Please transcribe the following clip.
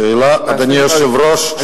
אדוני היושב-ראש,